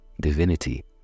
divinity